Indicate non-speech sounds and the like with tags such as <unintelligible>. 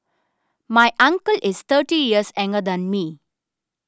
my uncle is thirty years <unintelligible> than me